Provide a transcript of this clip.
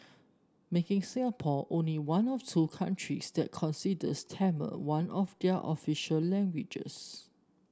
making Singapore only one of two countries that considers Tamil one of their official languages